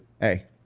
Hey